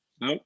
No